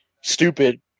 stupid